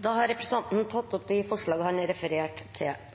Representanten Torstein Tvedt Solberg har tatt opp de forslagene han refererte til.